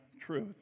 truth